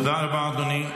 תודה רבה, אדוני.